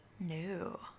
No